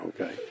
Okay